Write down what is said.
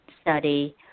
study